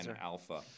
Alpha